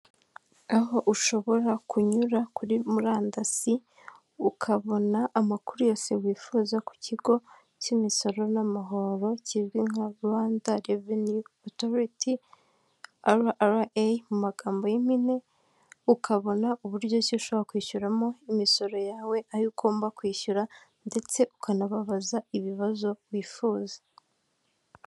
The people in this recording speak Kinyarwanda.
Aho ushobora kunyura muri murandasi ukabona amakuru yose wifuza ku kigo cy'imisoro n'amahoro kizwi nka Rwanda revenue authority RRA mu magambo y'impine ukabona uburyo ki ushaka kwishyuramo imisoro yawe, ayo ugomba kwishyura ndetse ukanababaza ibibazo wifuza.